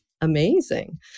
amazing